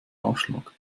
ausschlag